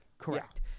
Correct